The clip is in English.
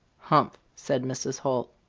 hump! said mrs. holt.